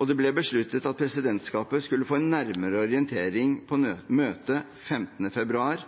og det ble besluttet at presidentskapet skulle få en nærmere orientering på møtet 15. februar,